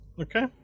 Okay